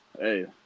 Hey